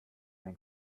den